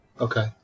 Okay